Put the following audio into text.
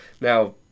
now